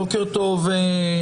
בוקר טוב לכולם.